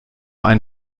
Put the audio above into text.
ein